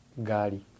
Gari